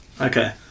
Okay